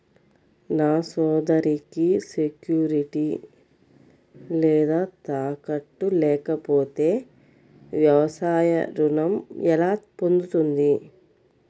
నా సోదరికి సెక్యూరిటీ లేదా తాకట్టు లేకపోతే వ్యవసాయ రుణం ఎలా పొందుతుంది?